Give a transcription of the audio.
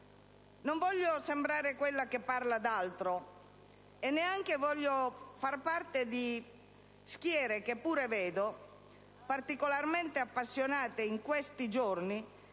Non voglio sembrare quella che parla d'altro, e neanche voglio far parte di schiere, che pure vedo particolarmente appassionate in questi giorni: